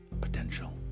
potential